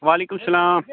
وعلیکُم سَلام